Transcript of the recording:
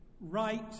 right